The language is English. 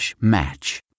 match